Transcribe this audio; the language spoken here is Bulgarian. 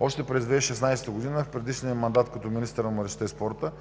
Още през 2016 г. в предишния мандат като министър на младежта и спорта